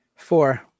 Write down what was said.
four